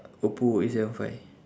oppo eight seven five